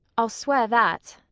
i'll swear that.